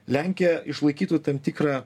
lenkija išlaikytų tam tikrą